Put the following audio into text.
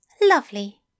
lovely